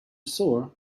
saw